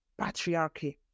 patriarchy